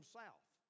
south